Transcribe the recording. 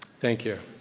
thank you.